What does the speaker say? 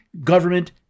government